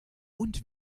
und